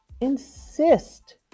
insist